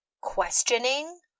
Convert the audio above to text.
questioning